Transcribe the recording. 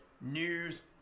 News